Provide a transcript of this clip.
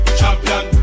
champion